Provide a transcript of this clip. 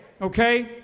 okay